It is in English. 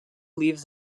leaves